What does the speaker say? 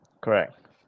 correct